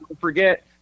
forget